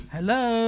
Hello